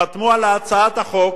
חתמו על הצעת החוק